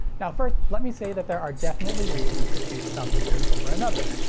now first let me say that there are definitely reasons to choose some heaters over another.